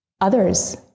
others